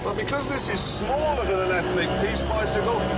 but because this is smaller than an ethnic peace bicycle.